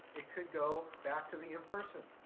it could go back to the in-person.